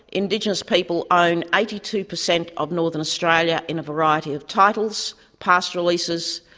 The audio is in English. indigenous people own eighty two per cent of northern australia in a variety of titles pastoral leases,